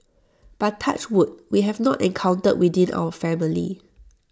but touch wood we have not encountered within our family